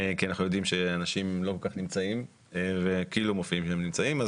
כי אנחנו יודעים שאנשים לא כל כך נמצאים וכאילו מופיע שהם נמצאים.